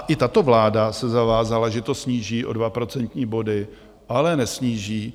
I tato vláda se zavázala, že to sníží o 2 procentní body, ale nesníží.